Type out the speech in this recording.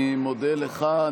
אני מודה לך.